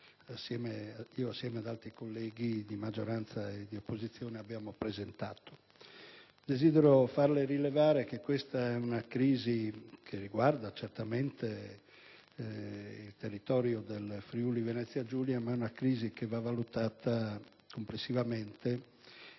insieme ad altri colleghi di maggioranza e di opposizione, ho presentato. Desidero farle rilevare, onorevole Romani, che questa è una crisi che riguarda certamente il territorio del Friuli-Venezia Giulia, ma che va valutata complessivamente